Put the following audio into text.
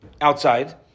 outside